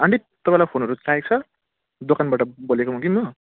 aunty तपाईँलाई फोनहरू चाहिएको छ दोकानबट बोलेको हो कि म